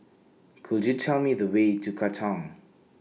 Could YOU Tell Me The Way to Katong